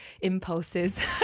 impulses